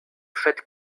przed